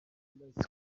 hillary